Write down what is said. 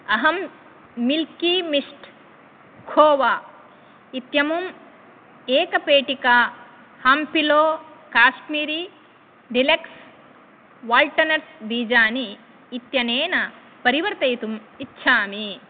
अहं मिल्की मिष्ट् खोवा इत्यमुं एक पेटिका हाम्पिलो काश्मीरि डिलेक्स् वाल्टनट्स् बीजानि इत्यनेन परिवर्तयितुम् इच्छामि